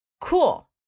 Cool